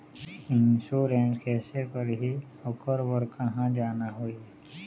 Insurance कैसे करही, ओकर बर कहा जाना होही?